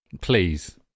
Please